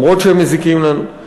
למרות שהם מזיקים לנו.